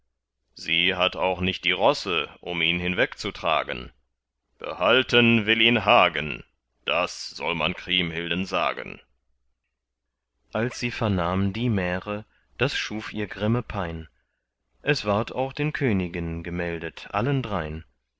sie hat auch nicht die rosse um ihn hinwegzutragen behalten will ihn hagen das soll man kriemhilden sagen als sie vernahm die märe das schuf ihr grimme pein es ward auch den königen gemeldet allen drein